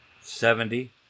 Seventy